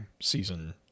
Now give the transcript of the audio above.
season